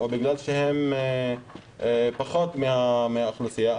או בגלל שהן פחות מהאוכלוסייה,